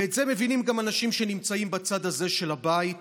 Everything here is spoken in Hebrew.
ואת זה מבינים גם אנשים שנמצאים בצד הזה של הבית,